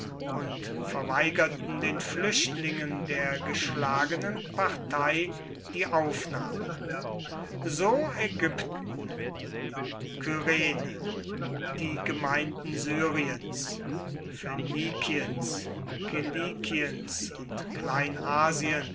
und verweigerten den flüchtlingen der geschlagenen partei die aufnahme so ägypten kyrene die gemeinden syriens phönikiens kilikiens und